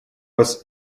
вас